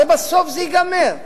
הרי בסוף זה ייגמר.